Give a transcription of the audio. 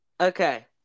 Okay